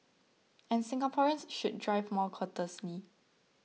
and Singaporeans should drive more courteously